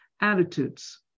attitudes